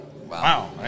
wow